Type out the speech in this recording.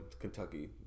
Kentucky